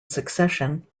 succession